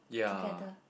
together